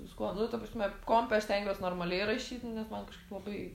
viskuo nu ta prasme kompe aš stengiuosi normaliai rašyt nes man kažkaip labai